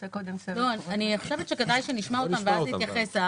אני חושבת שכדאי שנשמע אותם ואז נתייחס.